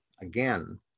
again